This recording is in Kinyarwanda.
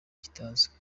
kitazwi